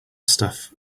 stuff